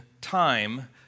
time